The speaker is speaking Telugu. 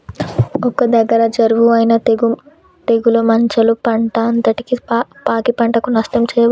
ఒక్క దగ్గర షురువు అయినా తెగులు మచ్చలు పంట అంతటికి పాకి పంటకు నష్టం చేయబట్టే